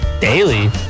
Daily